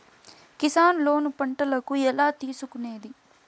Kisan loan పంటలకు ఎలా తీసుకొనేది?